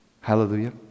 hallelujah